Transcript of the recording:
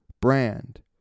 brand